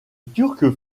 turc